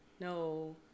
No